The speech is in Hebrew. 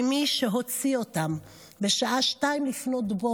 כי מי שהוציא אותם בשעה 2:00,